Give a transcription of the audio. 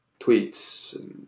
tweets